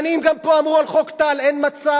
שנים גם פה אמרו על חוק טל: אין מצב,